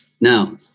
Now